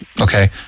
Okay